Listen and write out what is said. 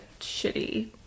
shitty